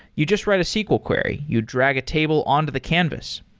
you just write a sql query. you drag a table on to the canvas.